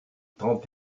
trente